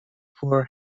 poor